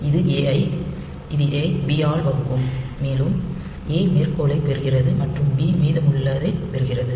இது A ஐ B ஆல் வகுக்கும் மேலும் A மேற்கோளைப் பெறுகிறது மற்றும் B மீதமுள்ளதைப் பெறுகிறது